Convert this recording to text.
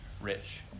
rich